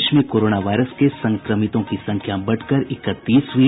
देश में corona virus के संक्रमितों की संख्या बढ़कर इकतीस हई